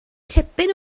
tipyn